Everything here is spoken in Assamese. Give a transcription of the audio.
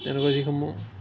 তেনেকুৱা যিসমূহ